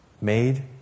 made